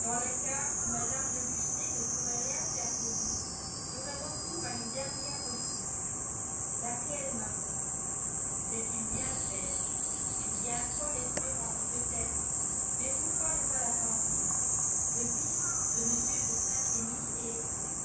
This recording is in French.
dans le cas où mme de lucenay ne pourrait rien faire pour nous j'aurais recours à une dernière ressource laquelle maman c'est une bien faible une bien folle espérance peut-être mais pourquoi ne pas la tenter le fils de m de saint-remy est